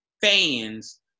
Fans